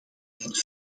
dat